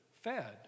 fed